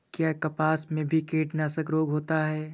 क्या कपास में भी कीटनाशक रोग होता है?